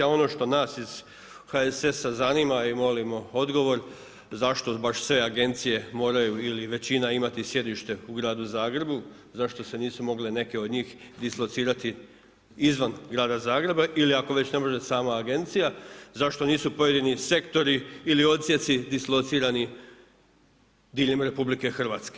A ono što nas iz HSS-a zanima i molimo odgovor zašto baš sve agencije moraju ili većina imati sjedište u gradu Zagrebu, zašto se nisu mogle neke od njih dislocirati izvan grada Zagreba, ili ako ne može već sama Agencija, zašto nisu pojedini sektori ili odsjeci dislocirani diljem RH?